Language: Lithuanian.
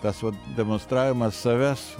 tas vat demonstravimas savęs